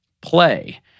Play